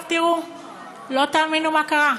לא תאמינו מה קרה.